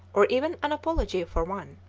or even an apology for one.